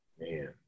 man